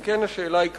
אם כן, השאלה היא כזו,